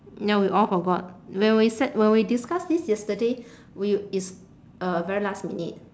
ya we all forgot when we said when we discussed this yesterday we it's uh very last minute